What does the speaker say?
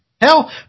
Hell